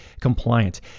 compliant